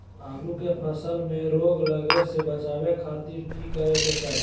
आलू के फसल में रोग लगे से बचावे खातिर की करे के चाही?